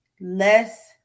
less